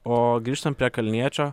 o grįžtant prie kalniečio